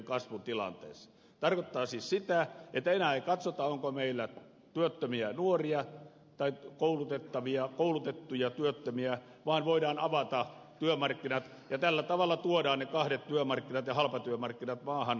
tämä tarkoittaa siis sitä että enää ei katsota onko meillä työttömiä nuoria tai koulutettuja työttömiä vaan voidaan avata työmarkkinat ja tällä tavalla tuodaan ne kahdet työmarkkinat ja halpatyömarkkinat maahan